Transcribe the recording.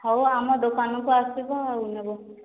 ହେଉ ଆମ ଦୋକାନକୁ ଆସିବେ ଆଉ ନେବେ